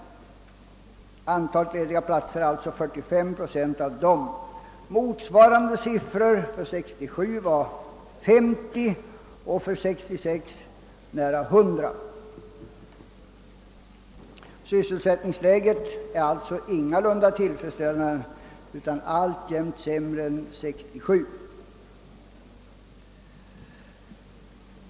Motsvarande siffror för 1967 var 50 och för 1966 nära 100. Sysselsättningsläget är alltså ingalunda tillfredsställande, utan alltjämt sämre än år 1967.